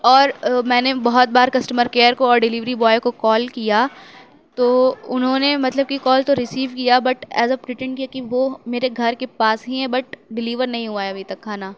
اور میں نے بہت بار کسٹمر کیئر کو اور ڈلیوری بوائے کو کال کیا تو انہوں نے مطلب کہ کال تو ریسیو کیا بٹ ایز اے پرٹینٹ کیا کہ وہ میرے گھر کے پاس ہی ہیں بٹ ڈلیور نہیں ہُوا ہے اب تک کھانا